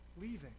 leaving